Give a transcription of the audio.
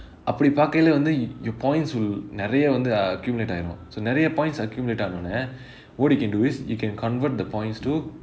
அப்படி பார்க்கையிலே வந்து:appadi paarkaiyilae vanthu your points will நிறைய வந்து:niraiya vanthu accumulate ஆயிரும்:aayirum so நிறைய:niraiya points accumulate ஆனோனே:aanonae what you can do is you can convert the points to